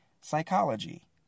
psychology